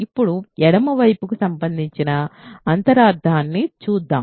ఇప్పుడు ఎడమ వైపుకు సంబంధించిన అంతరార్థాన్ని చూద్దాం